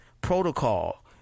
protocol